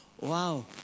wow